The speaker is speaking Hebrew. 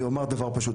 אני אומר דבר פשוט.